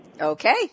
Okay